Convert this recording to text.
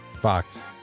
Fox